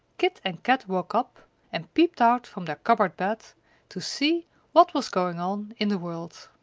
kit and kat woke up and peeped out from their cupboard bed to see what was going on in the world.